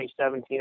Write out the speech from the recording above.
2017